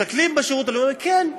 מסתכלים בשירות הלאומי ואומרים: כן,